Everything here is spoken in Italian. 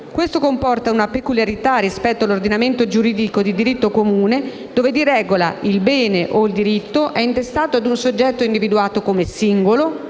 Questo comporta una peculiarità rispetto all'ordinamento giuridico di diritto comune dove di regola il bene o il diritto è intestato a un soggetto individuato come singolo